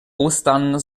ostern